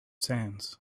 sands